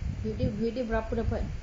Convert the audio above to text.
video video berapa dapat